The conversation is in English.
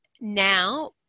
now